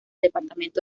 departamento